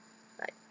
like